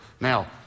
Now